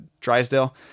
Drysdale